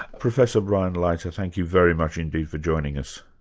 professor brian leiter, and thank you very much indeed for joining us.